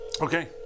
okay